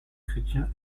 chrétien